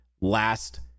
last